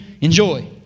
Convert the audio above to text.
enjoy